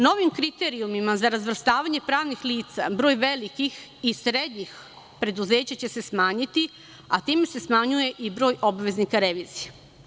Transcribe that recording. Novim kriterijumima za razvrstavanje pravnih lica broj velikih i srednjih preduzeća će se smanjiti, a time se smanjuje i broj obveznika revizije.